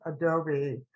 adobe